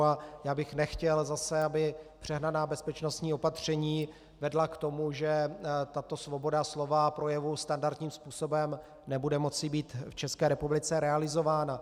A já bych nechtěl zase, aby přehnaná bezpečnostní opatření vedla k tomu, že tato svoboda slova a projevu standardním způsobem nebude moci být v České republice realizována.